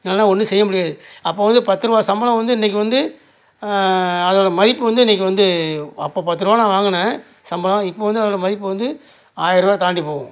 இல்லைன்னா ஒன்றும் செய்ய முடியாது அப்போ வந்து பத்து ரூவா சம்பளம் வந்து இன்னைக்கு வந்து அதோட மதிப்பு வந்து இன்னைக்கு வந்து அப்போ பத்து ரூவா நான் வாங்கினேன் சம்பளம் இப்போ வந்து அதோட மதிப்பு வந்து ஆயர்ரூவா தாண்டி போகும்